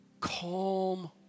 Calm